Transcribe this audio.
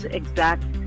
exact